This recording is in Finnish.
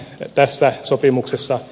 tässä sopimuksessa